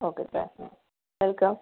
okay bye welcome